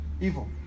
evil